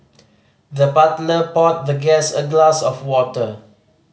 the butler poured the guest a glass of water